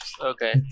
Okay